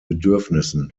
bedürfnissen